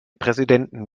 präsidenten